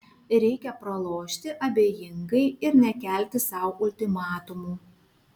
reikia pralošti abejingai ir nekelti sau ultimatumų